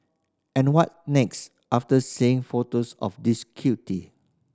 and what next after seeing photos of this cutie